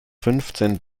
fünfzehn